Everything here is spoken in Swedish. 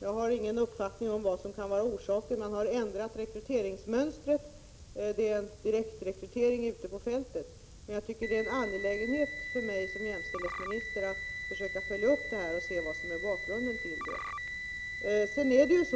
Jag har ingen uppfattning om vad som kan vara orsaken. Man har ändrat rekryteringsmönstret — det sker nu en direktrekrytering ute på fältet. Men jag tycker det är en angelägenhet för mig som jämställdhetsminister att försöka följa upp detta och se vad som är bakgrunden.